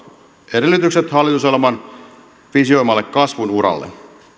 edellytykset hallitusohjelman visioimalle kasvun uralle